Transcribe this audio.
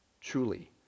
truly